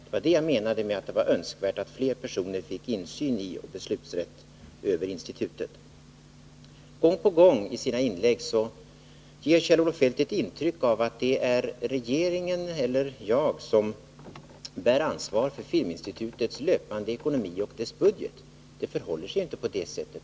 Det var detta jag menade när jag sade att det var önskvärt att fler personer fick insyn i och beslutsrätt över institutet. Gång på gång i sina inlägg ger Kjell-Olof Feldt ett intryck av att det är regeringen eller jag som bär ansvaret för Filminstitutets löpande ekonomi och dess budget. Det förhåller sig inte på det sättet.